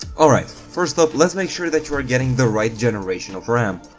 alright. first up let's make sure that you are getting the right generation of ram,